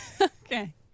Okay